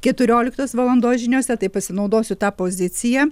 keturioliktos valandos žiniose tai pasinaudosiu ta pozicija